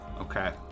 Okay